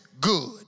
good